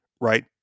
right